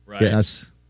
Yes